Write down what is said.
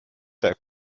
der